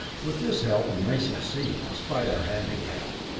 with this help we may succeed, despite our handicap.